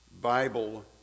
Bible